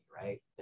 right